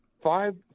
Five